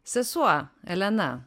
sesuo elena